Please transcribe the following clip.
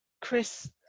Chris